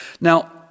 Now